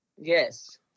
Yes